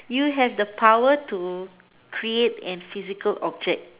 you have the power to create an physical object